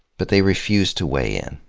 but they refuse to weigh in.